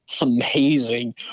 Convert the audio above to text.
amazing